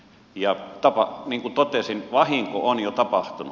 ja niin kuin totesin vahinko on jo tapahtunut